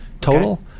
total